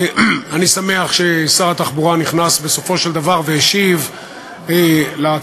אני שמח ששר התחבורה נכנס בסופו של דבר והשיב על ההצעה,